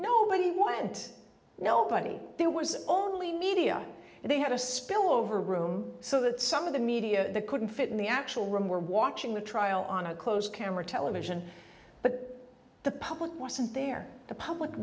go nobody want nobody there was only media and they had a spill over room so that some of the media couldn't fit in the actual room we're watching the trial on a closed camera television but the public wasn't there the public